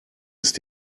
ist